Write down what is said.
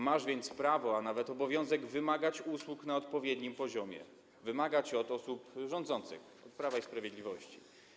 Masz więc prawo, a nawet obowiązek, wymagać usług na odpowiednim poziomie, wymagać od osób rządzących, od Prawa i Sprawiedliwości.